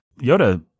Yoda